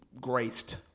graced